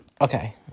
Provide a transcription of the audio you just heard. Okay